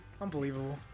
unbelievable